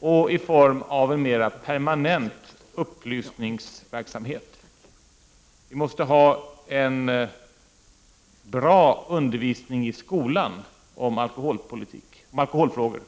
och i form av mer permanent upplysningsverksamhet. Vi måste ha en bra undervisning i skolan om alkoholfrågor.